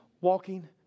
walking